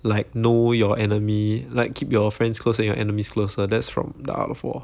like know your enemy like keep your friends close and your enemies closer that's from the art of war